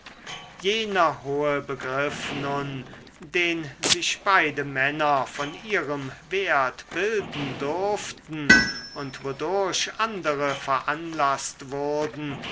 jener hohe begriff nun den sich beide männer von ihrem wert bilden durften und wodurch andere veranlaßt wurden